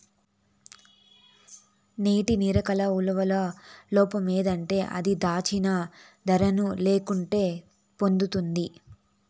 నేటి నికర ఇలువల లోపమేందంటే అది, దాచిన దరను లెక్కల్లోకి తీస్కోదట